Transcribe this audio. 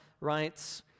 writes